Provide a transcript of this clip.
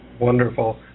Wonderful